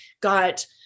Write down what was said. got